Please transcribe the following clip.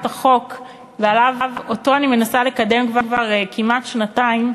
החוק ואותו אני מנסה לקדם כבר כמעט שנתיים,